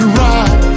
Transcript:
right